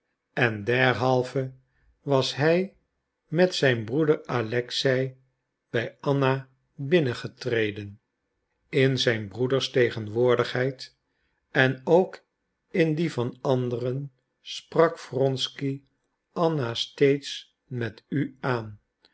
en derhalve was hij met zijn broeder alexei bij anna binnengetreden in zijn broeders tegenwoordigheid en ook in die van anderen sprak wronsky anna steeds met u aan